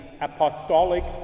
Apostolic